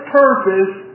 purpose